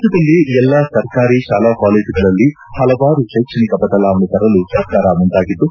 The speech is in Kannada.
ರಾಜ್ಞದಲ್ಲಿ ಎಲ್ಲಾ ಸರ್ಕಾರಿ ಶಾಲಾ ಕಾಲೇಜುಗಳಲ್ಲಿ ಹಲವಾರು ಶೈಕ್ಷಣಿಕ ಬದಲಾವಣೆ ತರಲು ಸರ್ಕಾರ ಮುಂದಾಗಿದ್ದು